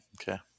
Okay